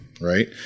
right